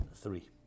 three